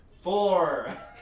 Four